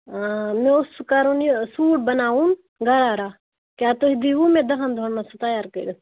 مےٚ اوس سُہ کَرُن یہِ سوٗٹ بَناوُن گَرارا کیٛاہ تُہۍ دِیٖوٕ مےٚ دَہَن دۄہَن منٛز سُہ تَیار کٔرِتھ